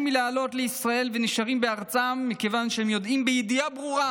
מלעלות לישראל ונשארים בארצם מכיוון שהם יודעים בידיעה ברורה